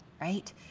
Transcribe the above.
right